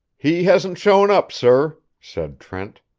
he hasn't shown up, sir, said trent.